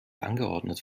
angeordnet